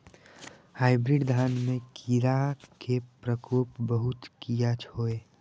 Hybrid धान में कीरा के प्रकोप बहुत किया होया?